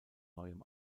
neuem